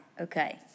okay